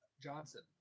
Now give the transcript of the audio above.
Johnson